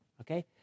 okay